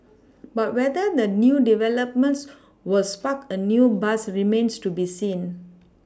but whether the new developments will spark a new buzz remains to be seen